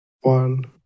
one